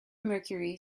mercury